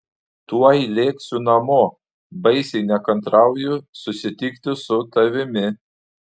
tuoj lėksiu namo baisiai nekantrauju susitikti su tavimi